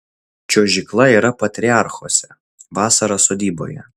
čiuožykla yra patriarchuose vasara sodyboje